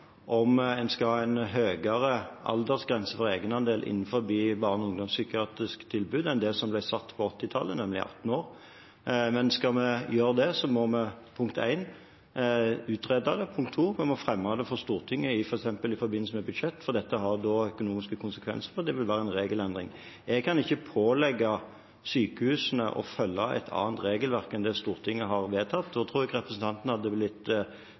om en skal ha en høyere aldersgrense for egenandel innen barne- og ungdomspsykiatriske tilbud enn det som ble satt på 1980-tallet, nemlig 18 år, men skal vi gjøre det, må vi for det første utrede det og for det andre fremme det for Stortinget f.eks. i forbindelse med et budsjett, for dette har økonomiske konsekvenser, og det vil være en regelendring. Jeg kan ikke pålegge sykehusene å følge et annet regelverk enn det Stortinget har vedtatt. Jeg tror representanten hadde blitt